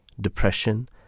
depression